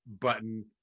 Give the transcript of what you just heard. button